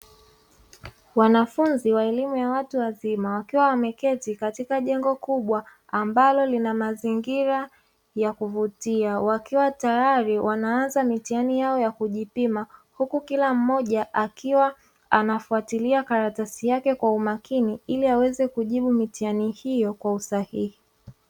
Wanafunzi wa elimu ya watu wazima wakiwa wameketi katika jengo kubwa ambalo lina mazingira ya kuvutia wakiwa tayari wanaanza mitihani yao ya kujipima huku kila mmoja akiwa anafuatilia karatasi yake kwa umakini ili aweze kujibu mitihani hiyo kwa usahihi.